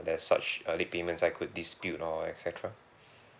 there's such uh late payments I could dispute or et cetera